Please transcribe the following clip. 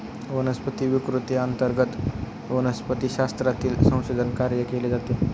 वनस्पती विकृती अंतर्गत वनस्पतिशास्त्रातील संशोधन कार्य केले जाते